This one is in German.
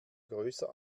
größer